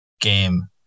game